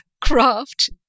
craft